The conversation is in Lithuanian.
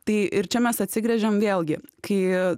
tai ir čia mes atsigręžiam vėlgi kai